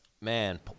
Man